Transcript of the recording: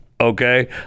okay